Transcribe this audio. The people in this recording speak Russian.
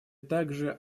также